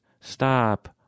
stop